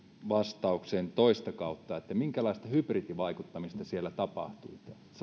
vastaukseen toista kautta minkälaista hybridivaikuttamista siellä tapahtui